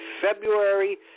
February